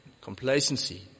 complacency